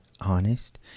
honest